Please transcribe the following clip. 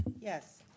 Yes